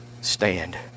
stand